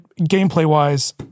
gameplay-wise